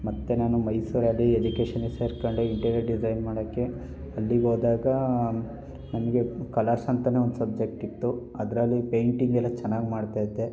ಮತ್ತು ನಾನು ಮೈಸೂರಲ್ಲಿ ಎಜುಕೇಶನಿಗೆ ಸೇರಿಕೊಂಡೆ ಇಂಟರ್ವ್ಯೂ ಡಿಝೈನ್ ಮಾಡೋಕ್ಕೆ ಅಲ್ಲಿಗೋದಾಗ ನಮಗೆ ಕಲರ್ಸ್ ಅಂತಲೇ ಒಂದು ಸಬ್ಜೆಕ್ಟ್ ಇತ್ತು ಅದರಲ್ಲಿ ಪೈಂಟಿಂಗೆಲ್ಲ ಚೆನ್ನಾಗಿ ಮಾಡ್ತಾಯಿದ್ದೆ